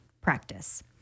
practice